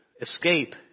escape